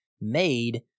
made